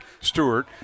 Stewart